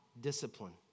discipline